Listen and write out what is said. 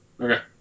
okay